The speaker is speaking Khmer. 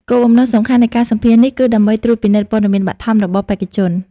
គោលបំណងសំខាន់នៃការសម្ភាសន៍នេះគឺដើម្បីត្រួតពិនិត្យព័ត៌មានបឋមរបស់បេក្ខជន។